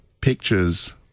pictures